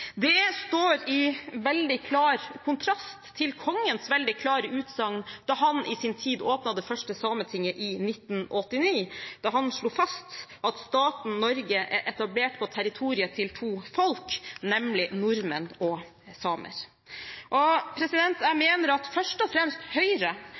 Det står i veldig klar kontrast til Kongens veldig klare utsagn da han åpnet Sametinget i 1997, da han slo fast at staten Norge er etablert på territoriet til to folk, nemlig nordmenn og samer. Jeg mener at først og